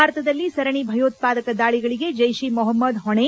ಭಾರತದಲ್ಲಿ ಸರಣಿ ಭಯೋತ್ವಾದಕ ದಾಳಿಗಳಿಗೆ ಜೈಷ್ ಇ ಮೊಹಮ್ನದ್ ಹೊಣೆ